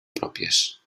pròpies